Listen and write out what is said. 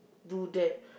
do that